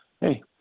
hey